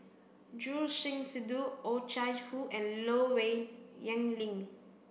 Choor Singh Sidhu Oh Chai Hoo and Low Yen Ling